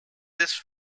this